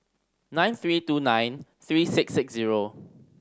nine three two nine three six six zero